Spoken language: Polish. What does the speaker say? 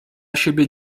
siebie